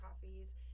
coffees